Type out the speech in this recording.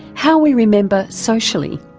how we remember socially.